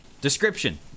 Description